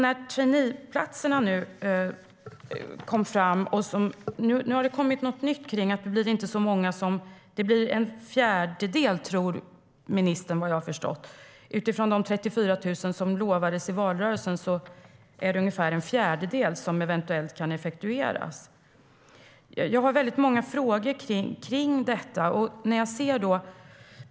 Utifrån vad som lovades i valrörelsen tror ministern, vad jag har förstått, att det av de 34 000 traineejobb som lovades i valrörelsen är ungefär en fjärdedel som eventuellt kan effektueras. Jag har väldigt många frågor om detta.